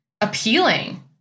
appealing